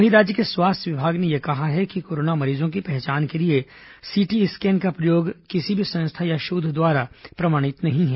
वहीं राज्य के स्वास्थ्य विभाग ने यह कहा है कि कोरोना मरीजों की पहचान के लिए सीटी स्कैन का प्रयोग किसी भी संस्था या शोध द्वारा प्रमाणित नहीं है